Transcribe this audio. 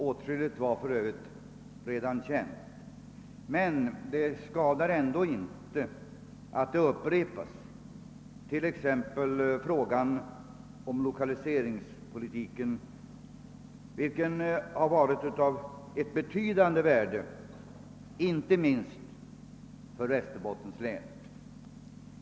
Åtskilligt var för övrigt redan känt, men det skadar ändå inte att t.ex. sådant som gäller lokaliseringspolitiken upprepas. Den har varit av betydande värde inte minst för Västerbottens län.